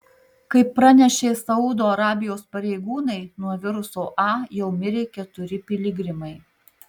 kaip pranešė saudo arabijos pareigūnai nuo viruso a jau mirė keturi piligrimai